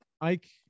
Ike